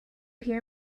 hear